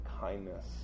kindness